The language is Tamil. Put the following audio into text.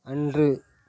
அன்று